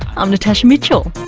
i'm natasha mitchell